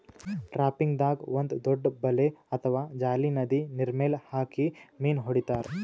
ಟ್ರಾಪಿಂಗ್ದಾಗ್ ಒಂದ್ ದೊಡ್ಡ್ ಬಲೆ ಅಥವಾ ಜಾಲಿ ನದಿ ನೀರ್ಮೆಲ್ ಹಾಕಿ ಮೀನ್ ಹಿಡಿತಾರ್